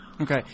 Okay